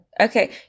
Okay